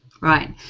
Right